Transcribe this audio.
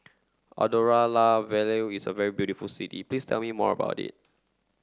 Andorra La Vella is a very beautiful city please tell me more about it